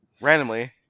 randomly